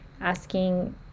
asking